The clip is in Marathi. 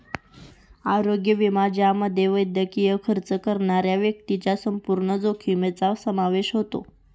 आरोग्य विमा ज्यामध्ये वैद्यकीय खर्च करणाऱ्या व्यक्तीच्या संपूर्ण जोखमीचा समावेश होतो